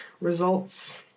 results